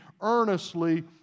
earnestly